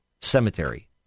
Cemetery